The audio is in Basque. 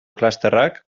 klusterrak